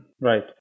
Right